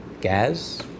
gas